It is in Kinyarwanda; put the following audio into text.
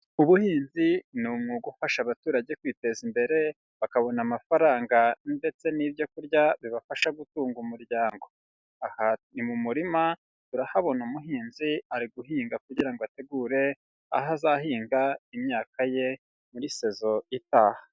Ubuhinzi ni umwuga ufasha abaturage kwiteza imbere, bakabona amafaranga ndetse n'ibyo kurya bibafasha gutunga umuryango; aha ni mu murima turahabona umuhinzi ari guhinga, kugira ngo ategure aho azahinga imyaka ye muri saison itaha.